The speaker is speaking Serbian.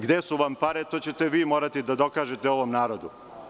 Gde su vam pare, to ćete vi morati da dokažete ovom narodu.